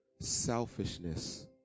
selfishness